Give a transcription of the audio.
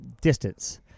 distance